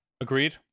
Agreed